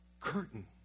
curtain